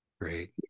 Great